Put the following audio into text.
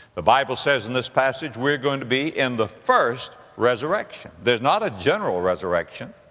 the bible says in this passage we're going to be in the first resurrection. there's not a general resurrection.